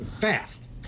fast